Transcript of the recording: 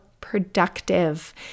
productive